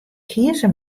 kieze